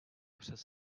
přes